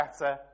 better